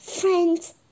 friends